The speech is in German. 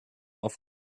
auf